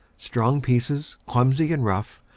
strong pieces clumsy and rough,